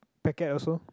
packet also